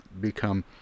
become